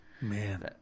Man